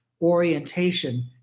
orientation